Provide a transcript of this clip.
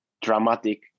dramatic